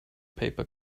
paper